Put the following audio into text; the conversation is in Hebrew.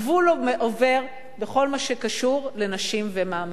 הגבול עובר בכל מה שקשור לנשים ולמעמדן.